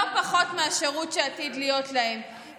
לא פחות מהשירות שעתיד להיות להם, תודה.